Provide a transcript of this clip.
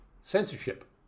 censorship